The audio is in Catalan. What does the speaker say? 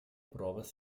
proves